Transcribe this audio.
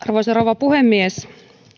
arvoisa rouva puhemies